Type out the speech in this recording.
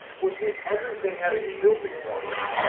which means everything has building blocks.